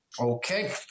Okay